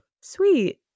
sweet